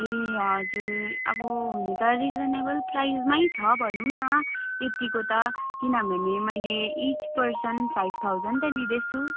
ए हजुर अब हुनु त रिजनेबल प्राइसमै छ भनौँ न यतिको त किनभने मैले इच पर्सन फाइभ थाउजन त लिँदैछु